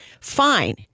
Fine